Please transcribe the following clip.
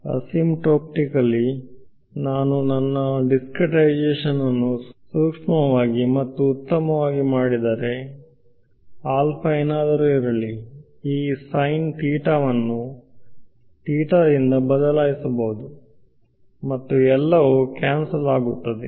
asymptotically ನಾನು ನನ್ನ discretisation ಅನ್ನು ಸೂಕ್ಷ್ಮವಾಗಿ ಮತ್ತು ಉತ್ತಮವಾಗಿ ಮಾಡಿದರೆ ಆಲ್ಫಾ ಏನಾದರೂ ಇರಲಿ ಆ ಸೈನ್ ಥೀಟಾವನ್ನು ಥೀಟಾದಿಂದ ಬದಲಾಯಿಸಬಹುದು ಮತ್ತು ಎಲ್ಲವೂ ಕ್ಯಾನ್ಸಲ್ ಆಗುತ್ತೆ